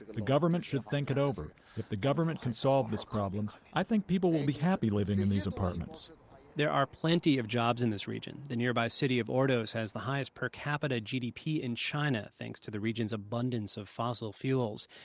the government should think it over. if the government can solve this problem, i think people will be happy living in these apartments there are plenty of jobs in this region. the nearby city of ordos has the highest per capita gdp in china, thanks to the region's abundance of fossil fuels.